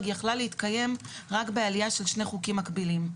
יכלה להתקיים רק בעליית שני חוקים מקבילים.